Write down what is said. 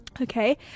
Okay